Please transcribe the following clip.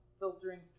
filtering